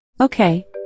Okay